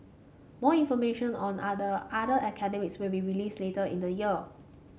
more information on the other other academies will be released later in the year